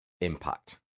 impact